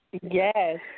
yes